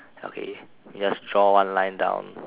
okay you just draw one line down